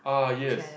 uh yes